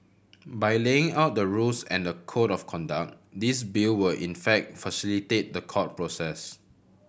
by laying out the rules and the code of conduct this Bill will in fact facilitate the court process